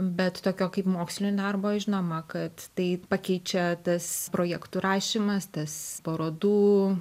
bet tokio kaip mokslinio darbo žinoma kad tai pakeičia tas projektų rašymas tas parodų